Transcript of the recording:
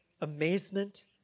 amazement